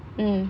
mm